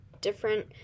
different